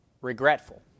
regretful